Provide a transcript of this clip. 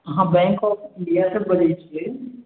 अहाँ Bank of India सऽ बजै छियै